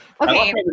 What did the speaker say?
Okay